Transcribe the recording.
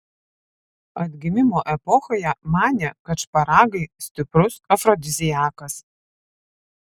atgimimo epochoje manė kad šparagai stiprus afrodiziakas